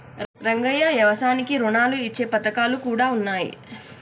రంగయ్య యవసాయానికి రుణాలు ఇచ్చే పథకాలు కూడా ఉన్నాయి